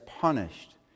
punished